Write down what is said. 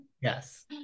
Yes